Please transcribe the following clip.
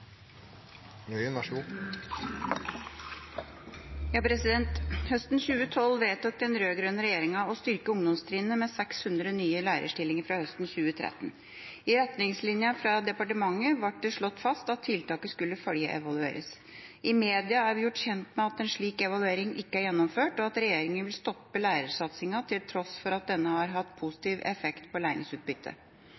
høsten 2013. I retningslinjene fra departementet ble det slått fast at tiltaket skulle følgeevalueres. I media er vi gjort kjent med at en slik evaluering ikke er gjennomført, og at regjeringen vil stoppe lærersatsingen til tross for at denne har hatt